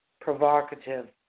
Provocative